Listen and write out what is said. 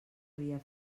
havia